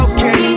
Okay